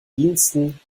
diensten